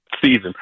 season